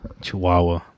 chihuahua